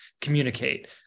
communicate